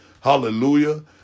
Hallelujah